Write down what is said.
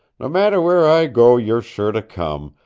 no matter where i go you're sure to come,